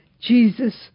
Jesus